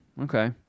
Okay